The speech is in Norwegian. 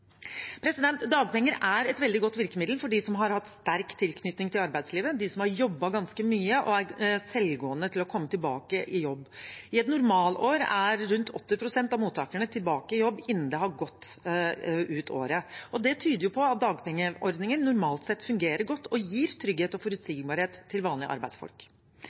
Dagpenger er et veldig godt virkemiddel for dem som har hatt sterk tilknytning til arbeidslivet, de som har jobbet ganske mye og er selvgående til å komme tilbake i jobb. I et normalår er rundt 80 pst. av mottakerne tilbake i jobb innen året er gått. Det tyder på at dagpengeordningen normalt sett fungerer godt og gir trygghet og forutsigbarhet til vanlige arbeidsfolk.